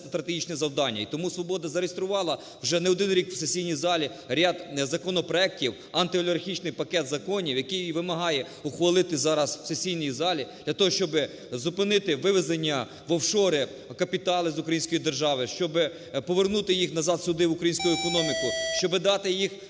стратегічне завдання. І тому "Свобода" зареєструвала вже не один рік в сесійній залі ряд законопроектів, антиолігархічний пакет законів, який і вимагає ухвалити зараз в сесійній залі для того, щоб зупинити вивезення в офшори капітали з української держави, щоб повернути їх сюди, назад в українську економіку, щоб дати їх